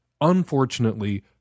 unfortunately